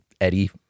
Eddie